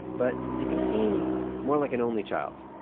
but he can seem more like an only child.